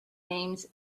names